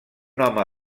home